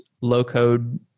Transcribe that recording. low-code